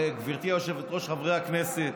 גברתי היושבת-ראש, חברי הכנסת,